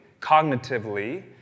cognitively